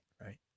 right